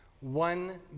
One